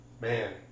man